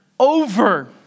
over